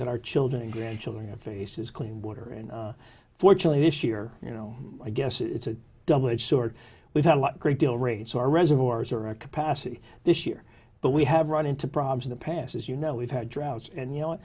that our children and grandchildren face is clean water and fortunately this year you know i guess it's a double edge sword we've had a lot of great deal rates are reservoirs are a capacity this year but we have run into problems in the past as you know we've had droughts and you know